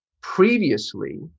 Previously